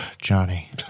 Johnny